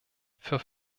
für